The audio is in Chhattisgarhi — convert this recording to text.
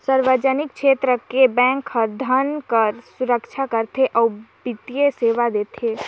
सार्वजनिक छेत्र के बेंक हर धन कर सुरक्छा करथे अउ बित्तीय सेवा देथे